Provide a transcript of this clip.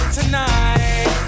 tonight